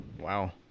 wow